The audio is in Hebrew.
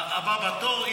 הבא בתור.